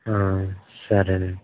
సరేనండి